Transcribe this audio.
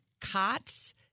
cots